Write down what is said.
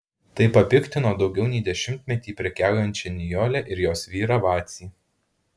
tai papiktino daugiau nei dešimtmetį prekiaujančią nijolę ir jos vyrą vacį